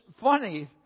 funny